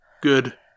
good